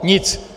Nic.